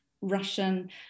Russian